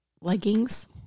leggings